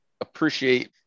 appreciate